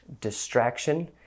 distraction